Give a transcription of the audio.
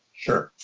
sure.